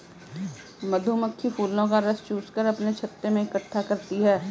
मधुमक्खी फूलों का रस चूस कर अपने छत्ते में इकट्ठा करती हैं